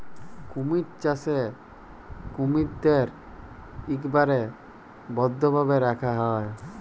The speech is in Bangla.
কুমির চাষে কুমিরদ্যার ইকবারে বদ্ধভাবে রাখা হ্যয়